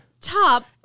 top